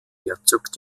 herzog